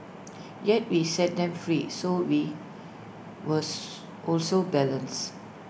yet we set them free so we was were also balanced